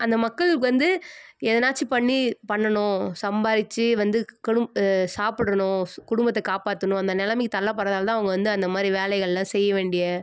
அந்த மக்களுக்கு வந்து எதுனாச்சும் பண்ணி பண்ணணும் சம்பாரித்து வந்து கடும் சாப்பிடுணும் குடும்பத்தை காப்பாற்றணும் அந்த நிலமைக்கு தள்ளப்படுறதால தான் அவங்க வந்து அந்தமாதிரி வேலைகள்லாம் செய்ய வேண்டிய